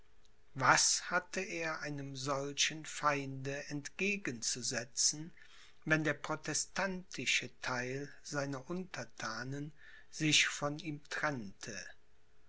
was hatte er einem solchen feinde entgegen zu setzen wenn der protestantische theil seiner unterthanen sich von ihm trennte